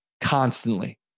constantly